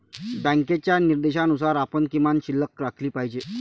बँकेच्या निर्देशानुसार आपण किमान शिल्लक राखली पाहिजे